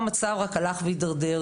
מפה, המצב רק הלך והידרדר.